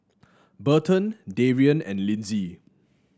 Burton Darrien and Lyndsey